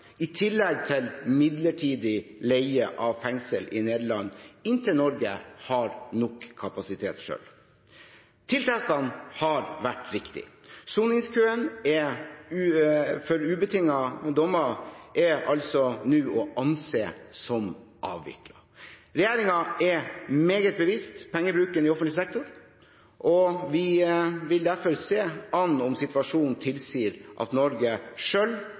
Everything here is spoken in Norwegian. i tillegg til midlertidig leie av fengsel i Nederland inntil Norge har nok kapasitet selv. Tiltakene har vært riktige. Soningskøen er for ubetingede dommer nå å anse som avviklet. Regjeringen er meget bevisst pengebruken i offentlig sektor, og vi vil derfor se an om situasjonen tilsier at Norge